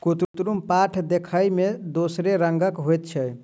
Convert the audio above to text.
कुतरुम पाट देखय मे दोसरे रंगक होइत छै